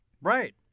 right